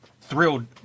thrilled